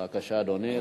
בבקשה, אדוני.